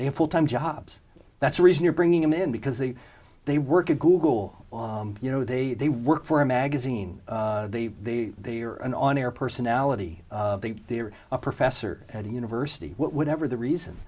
have full time jobs that's a reason you're bringing them in because they they work at google you know they they work for a magazine they they they are an on air personality they are a professor at a university whatever the reason